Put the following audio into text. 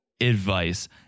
advice